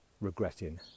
regretting